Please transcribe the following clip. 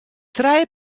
trije